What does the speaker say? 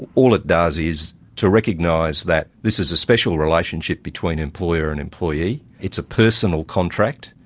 all it does is to recognise that this is a special relationship between employer and employee, it's a personal contract,